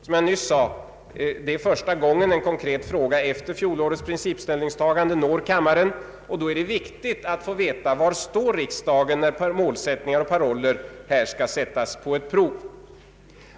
Som jag nyss sade är det första gången en konkret fråga efter fjolårets principställningstagande når kammaren, och då är det viktigt att veta var riksdagen står när målsättningar och paroller skall sättas på prov.